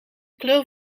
kleur